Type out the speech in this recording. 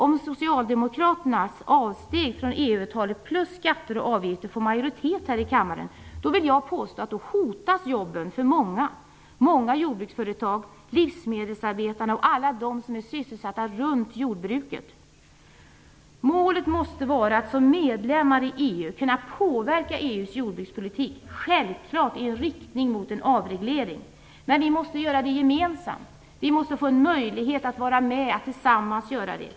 Om Socialdemokraternas avsteg från EU-avtalet plus skatter och avgifter får majoritet här i kammaren vill jag påstå att då hotas jobben för många jordbruksföretag, livsmedelsarbetare och alla dem som är sysselsatta runt jordbruket. Målet måste vara att som medlemmar i EU kunna påverka EU:s jordbrukspolitik, självfallet i riktning mot en avreglering. Men vi måste göra det gemensamt - vi måste få en möjlighet att tillsammans göra det.